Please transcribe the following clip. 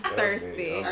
thirsty